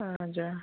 हजुर